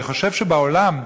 אני חושב שבעולם,